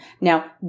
Now